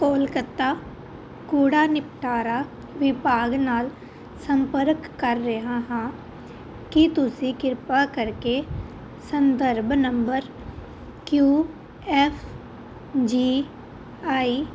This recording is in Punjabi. ਕੋਲਕਾਤਾ ਕੂੜਾ ਨਿਪਟਾਰਾ ਵਿਭਾਗ ਨਾਲ ਸੰਪਰਕ ਕਰ ਰਿਹਾ ਹਾਂ ਕੀ ਤੁਸੀਂ ਕਿਰਪਾ ਕਰਕੇ ਸੰਦਰਭ ਨੰਬਰ ਕਿਊ ਐੱਫ ਜੀ ਆਈ